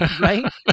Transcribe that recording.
Right